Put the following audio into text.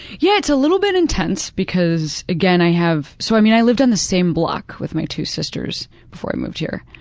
yeah, it's a little bit intense because, again, i have so i mean i lived on the same block with my two sisters before i moved here,